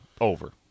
Over